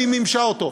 והיא מימשה אותו.